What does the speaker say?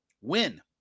Win